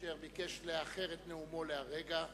אשר ביקש לאחר את נאומו לרגע זה,